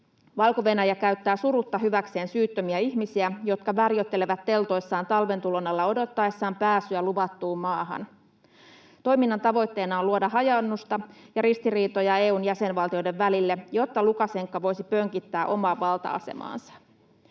Valko-Venäjä käyttää surutta hyväkseen syyttömiä ihmisiä, jotka värjöttelevät teltoissaan talven tulon alla odottaessaan pääsyä luvattuun maahan. Toiminnan tavoitteena on luoda hajaannusta ja ristiriitoja EU:n jäsenvaltioiden välille, jotta Lukašenka voisi pönkittää omaa valta-asemaansa.